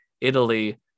Italy